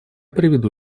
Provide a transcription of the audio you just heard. приведу